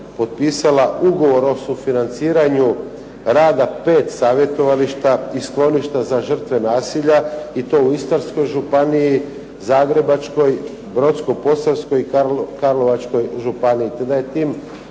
potpisala Ugovor o sufinanciranju rada pet savjetovališta i skloništa za žrtve nasilja i to u Istarskoj županiji, Zagrebačkoj, Brodsko-posavskoj i Karlovačkoj županiji